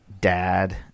dad